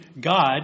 God